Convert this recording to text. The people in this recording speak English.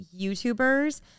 YouTubers